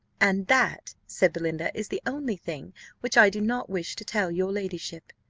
and that, said belinda, is the only thing which i do not wish to tell your ladyship.